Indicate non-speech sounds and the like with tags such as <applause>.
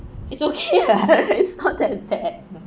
it's okay lah <laughs> it's not that bad